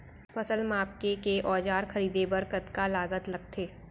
फसल मापके के औज़ार खरीदे बर कतका लागत लगथे?